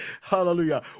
Hallelujah